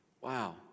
Wow